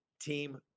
team